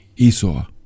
Esau